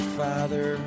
father